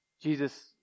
Jesus